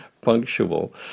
punctual